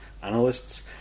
Analysts